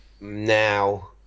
now